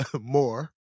more